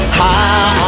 high